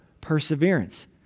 perseverance